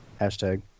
Hashtag